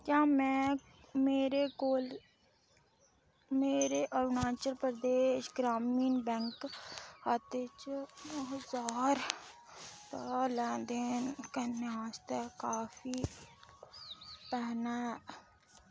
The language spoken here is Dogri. क्या में मेरे कोल मेरे अरुणाचल प्रदेश ग्रामीण बैंक खाते च नौ ज्हार दा लैन देन करने आस्तै काफी पैहना ऐ